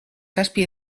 zazpi